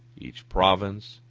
each province,